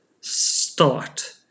start